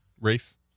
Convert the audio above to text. race